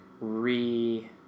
re